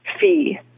fee